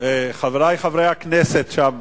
חברי חברי הכנסת שם,